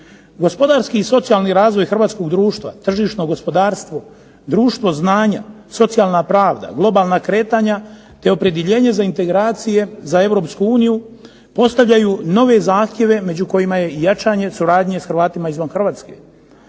društva i socijalni razvoj hrvatskog društva, tržišno gospodarstvo, društvo znanja, socijalna pravda, globalna kretanja te opredjeljenje za integracije za EU postavljaju nove zahtjeve među kojima je jačanje suradnja sa Hrvatima izvan Hrvatske.